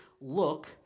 look